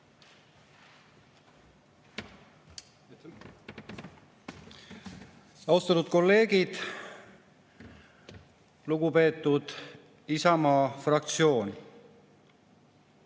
Austatud kolleegid! Lugupeetud Isamaa fraktsioon!